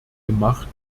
gemacht